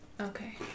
Okay